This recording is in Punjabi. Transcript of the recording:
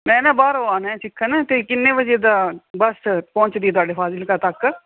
ਮੈਂ ਨਾ ਬਾਹਰੋਂ ਆਉਣਾ ਏ ਸਿੱਖਣ ਅਤੇ ਕਿੰਨੇ ਵਜੇ ਦਾ ਬਸ ਪਹੁੰਚਦੀ ਤੁਹਾਡੇ ਫਾਜ਼ਿਲਕਾ ਤੱਕ